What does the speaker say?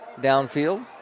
downfield